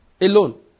alone